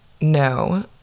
No